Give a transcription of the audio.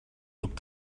look